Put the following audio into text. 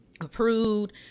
approved